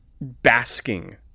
basking